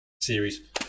series